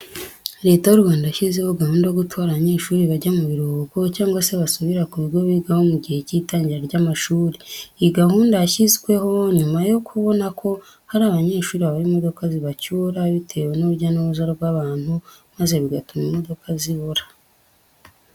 Leta y'u Rwanda yashyizeho gahunda yo gutwara abanyeshuri bajya mu biruhuko cyangwa se basubira ku bigo bigaho mu gihe cy'itangira ry'amashuri. Iyi gahunda yashyizweho nyuma yo kubona ko hari abanyeshuri babura imodoka zibacyura, bitewe n'urujya n'uruza rw'abantu maze bigatuma imodoka zibura.